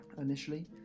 initially